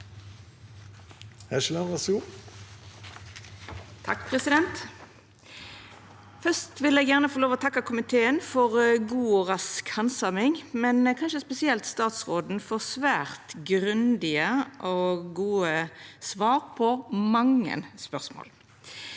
for saka): Fyrst vil eg gjerne få lov til å takka komiteen for god og rask handsaming, men kanskje spesielt statsråden for svært grundige og gode svar på mange spørsmål.